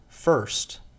first